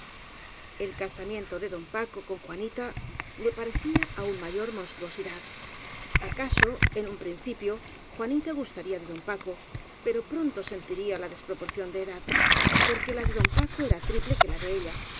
el casamiento de don paco con juanita le pare cía aún mayor monstruosidad acaso en un princi pio juanita gustaría de don paco pero pronto sen tiría la desproporción de edad porque la de don paco era triple que la de ella